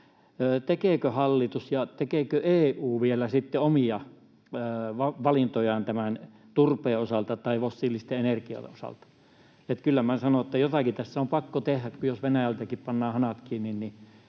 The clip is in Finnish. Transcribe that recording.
tekeekö hallitus ja tekeekö EU vielä sitten omia valintojaan tämän turpeen osalta tai fossiilisten energioiden osalta. Kyllä minä sanon, että jotakin tässä on pakko tehdä. Jos Venäjältäkin pannaan hanat kiinni,